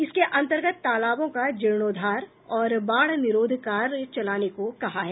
इसके अंतर्गत तालाबों का जीर्णोद्वार और बाढ़ निरोध कार्य चलाने को कहा है